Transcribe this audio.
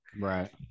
Right